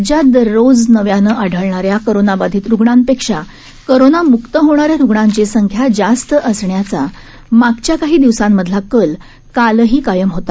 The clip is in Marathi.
राज्यात दररोज नव्यानं आढळणाऱ्या कोरोनाबाधित रुग्णांपेक्षा कोरोनामुक्त होणाऱ्या रुग्णांची संख्या जास्त असण्याचा मा च्या काही दिवसांमधला कल कालही कायम होता